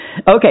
Okay